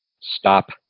stop